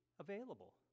available